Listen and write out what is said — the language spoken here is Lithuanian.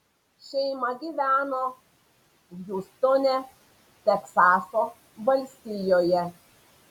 šeima gyveno hjustone teksaso valstijoje